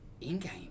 in-game